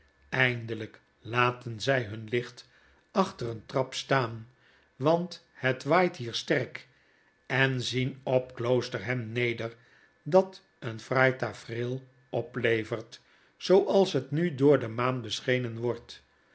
eindelijk laten zy hun licht achter een trap staan want het waait hier sterk en zien op kioosterham neder dat een fraai tafereel oplevert zooals het nu door de maan beschenen wordt